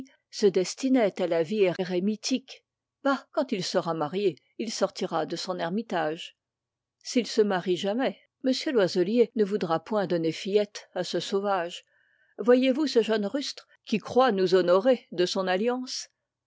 se destinait à la vie érémitique bah quand il sera marié il sortira de son ermitage s'il se marie jamais m loiselier ne voudra point donner fillette à ce sauvage voyez-vous ce jeune rustre qui croit nous honorer de son alliance